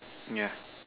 yeah